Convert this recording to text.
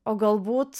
o galbūt